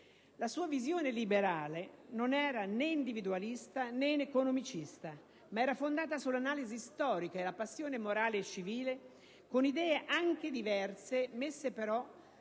La sua visione liberale non era né individualista né economicista, ma era fondata sull'analisi storica e la passione morale e civile, con idee anche diverse, messe però